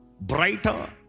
Brighter